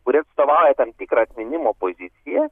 kuris atstovauja tam tikrą atminimo poziciją